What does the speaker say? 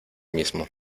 mismo